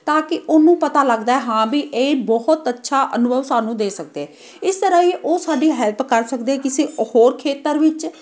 ਤਾਂ ਕਿ ਉਹਨੂੰ ਪਤਾ ਲੱਗਦਾ ਹਾਂ ਵੀ ਇਹ ਬਹੁਤ ਅੱਛਾ ਅਨੁਭਵ ਸਾਨੂੰ ਦੇ ਸਕਦੇ ਇਸ ਤਰ੍ਹਾਂ ਹੀ ਉਹ ਸਾਡੀ ਹੈਲਪ ਕਰ ਸਕਦੇ ਕਿਸੇ ਹੋਰ ਖੇਤਰ ਵਿੱਚ